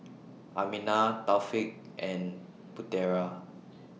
Aminah Taufik and Putera